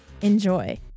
Enjoy